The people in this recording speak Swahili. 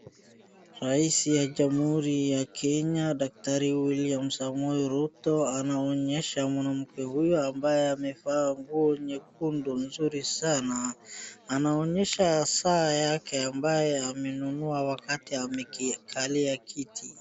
Rais ya jamhuri ya Kenya daktari William Samoei Ruto anaonyesha mwanamke huyu ambaye amevaa nguo nyekundu nzuri sana. Anaonyesha saa yake ambaye amenunua wakati amekikalia kiti.